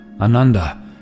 Ananda